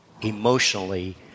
emotionally